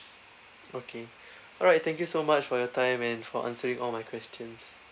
okay all right thank you so much for your time and for answering all my questions